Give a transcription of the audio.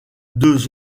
deux